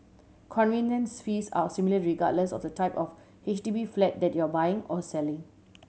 conveyance fees are similar regardless of the type of H D B flat that you are buying or selling